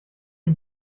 die